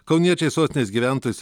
kauniečiai sostinės gyventojus